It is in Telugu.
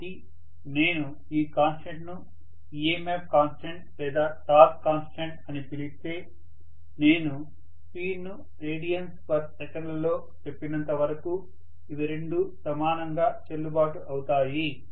కాబట్టి నేను ఈ కాన్స్టెంట్ ను EMF కాన్స్టెంట్ లేదా టార్క్ కాన్స్టెంట్ అని పిలిస్తే నేను స్పీడ్ ను రేడియన్స్సెకన్ లలో చెప్పినంత వరకు ఇవి రెండూ సమానంగా చెల్లుబాటు అవుతాయి